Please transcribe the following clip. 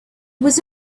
was